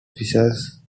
officials